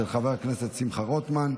של חבר הכנסת שמחה רוטמן.